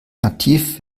nativ